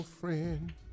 friend